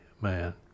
man